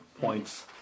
points